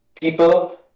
people